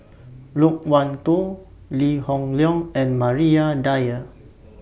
Loke Wan Tho Lee Hoon Leong and Maria Dyer